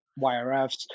YRFs